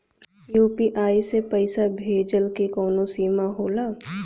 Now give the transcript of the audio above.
UPI से पईसा भेजल के कौनो सीमा होला?